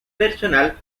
personal